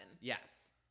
Yes